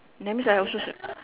that means I also cir